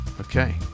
Okay